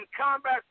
combat